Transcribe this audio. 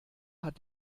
hat